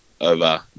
over